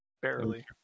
Barely